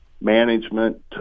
management